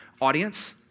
audience